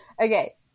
Okay